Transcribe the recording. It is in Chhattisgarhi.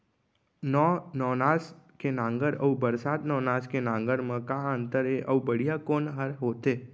नौ नवनास के नांगर अऊ बरसात नवनास के नांगर मा का अन्तर हे अऊ बढ़िया कोन हर होथे?